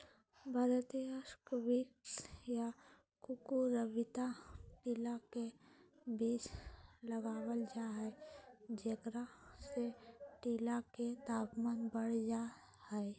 भारतीय स्क्वैश या कुकुरविता टीला के बीच लगावल जा हई, जेकरा से टीला के तापमान बढ़ जा हई